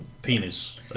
penis